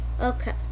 Okay